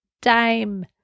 time